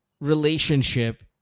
relationship